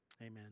amen